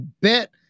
bet